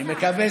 אני מקווה.